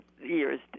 years